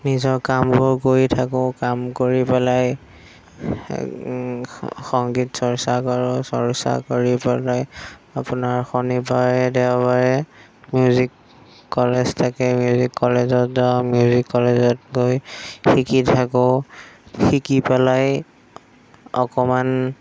নিজৰ কামবোৰ কৰি থাকোঁ কাম কৰি পেলাই সংগীত চৰ্চা কৰোঁ চৰ্চা কৰি পেলাই আপোনাৰ শনিবাৰে দেওবাৰে মিউজিক কলেজ থাকে মিউজিক কলেজত যাওঁ মিউজিক কলেজত গৈ শিকি থাকোঁ শিকি পেলাই অকণমান